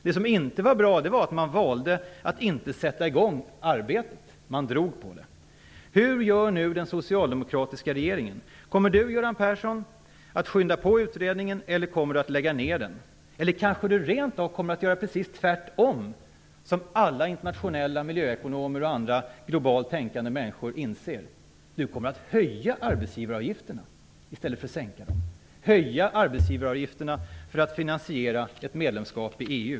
Det som inte var bra var att man valde att inte sätta i gång arbetet utan drog på det. Kommer Göran Persson att skynda på utredningen eller lägger han ner den? Eller kommer han kanske rent av att göra precis tvärtom? Alla internationella miljöekonomer och andra globalt tänkande människor inser vikten av detta. Kommer Göran Persson att höja arbetsgivaravgifterna i stället för att sänka dem för att finansiera ett medlemskap i EU?